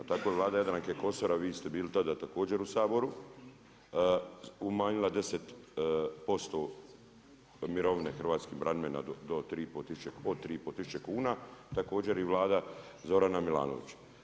Tako i Vlada Jadranke Kosor, a vi ste bili tada također u Saboru, umanjila 10% mirovine hrvatskim braniteljima od 3500 kuna, također i Vlada Zorana Milanovića.